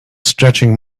stretching